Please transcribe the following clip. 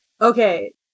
okay